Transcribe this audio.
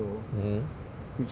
mm